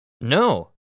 No